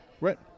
right